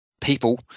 people